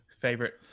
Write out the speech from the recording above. favorite